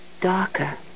darker